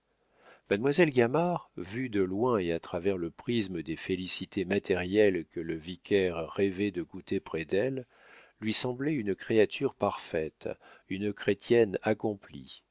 mademoiselle gamard vue de loin et à travers le prisme des félicités matérielles que le vicaire rêvait de goûter près d'elle lui semblait une créature parfaite une chrétienne accomplie